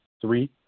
three